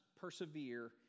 persevere